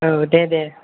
औ दे दे